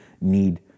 need